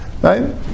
Right